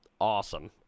Awesome